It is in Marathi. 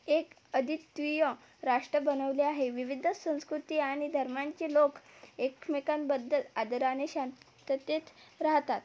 एक अदित्वीय राष्ट्र बनवले आहे विविध संस्कृती आणि धर्मांचे लोक एकमेकांबद्दल आदराने शांततेत राहतात